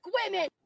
women